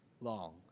long